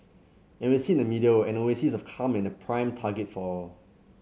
and we sit in the middle an oasis of calm and a prime target for all